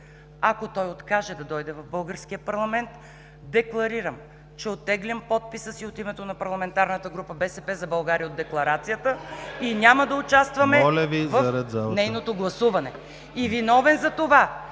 Ако той откаже да дойде в българския парламент, декларирам, че оттеглям подписа си от името на парламентарната група „БСП за България“ от Декларацията и няма да участваме в нейното гласуване. Виновен за това